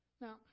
Now